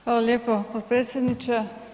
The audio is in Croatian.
Hvala lijepo potpredsjedniče.